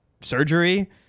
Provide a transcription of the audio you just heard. surgery